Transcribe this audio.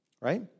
right